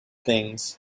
things